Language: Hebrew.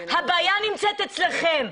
הבעיה נמצאת אצלכם,